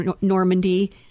Normandy